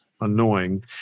annoying